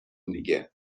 دیگه